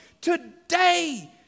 today